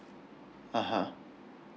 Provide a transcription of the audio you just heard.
(uh huh)